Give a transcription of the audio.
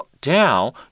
down